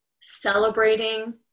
celebrating